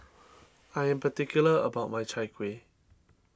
I am particular about my Chai Kuih